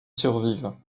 survivent